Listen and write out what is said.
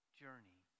journey